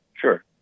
sure